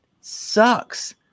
sucks